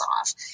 off